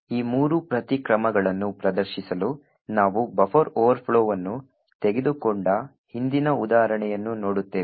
ಆದ್ದರಿಂದ ಈ ಮೂರು ಪ್ರತಿ ಕ್ರಮಗಳನ್ನು ಪ್ರದರ್ಶಿಸಲು ನಾವು ಬಫರ್ ಓವರ್ಫ್ಲೋವನ್ನು ತೆಗೆದುಕೊಂಡ ಹಿಂದಿನ ಉದಾಹರಣೆಯನ್ನು ನೋಡುತ್ತೇವೆ